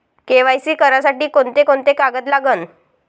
KYC करासाठी कोंते कोंते कागद लागन?